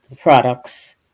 products